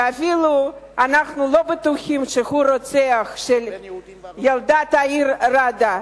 שאנחנו אפילו לא בטוחים שהוא הרוצח של הילדה תאיר ראדה,